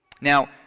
Now